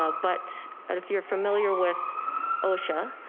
ah but and if you're familiar with osha,